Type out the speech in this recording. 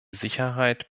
sicherheit